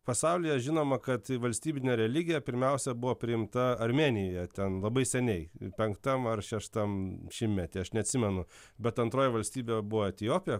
pasaulyje žinoma kad valstybine religija pirmiausia buvo priimta armėnijoje ten labai seniai penktam ar šeštam šimtmety aš neatsimenu bet antroji valstybė buvo etiopija